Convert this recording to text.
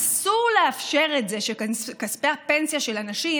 אסור לאפשר את זה שכספי הפנסיה של אנשים